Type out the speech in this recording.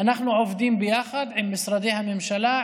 אנחנו עובדים יחד עם משרדי הממשלה,